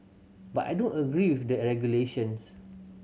but I don't agree with the regulations